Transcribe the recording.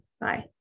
Bye